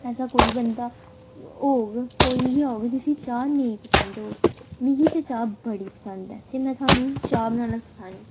ऐसा कोई बंदा होग कोई गै होग जिसी चाह् नेईं पसंद होग मिगी ते चाह् बड़ी पसंद ऐ ते में थुहानूं चाह् बनाना सखान्नी